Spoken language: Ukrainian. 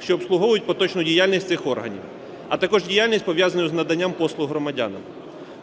що обслуговують поточну діяльність цих органів, а також діяльність, пов'язану з наданням послуг громадянам.